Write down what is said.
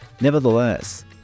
Nevertheless